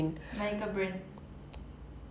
哪一个 brand